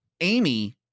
Amy